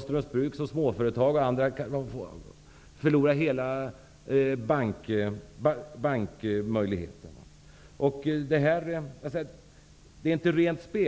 Strömsbruk så att småföretag och andra förlorar bankmöjligheten. Det är inte rent spel.